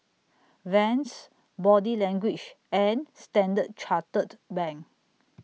Vans Body Language and Standard Chartered Bank